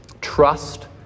Trust